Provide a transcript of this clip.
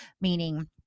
meaning